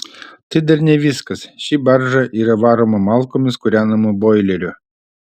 tai dar ne viskas ši barža yra varoma malkomis kūrenamu boileriu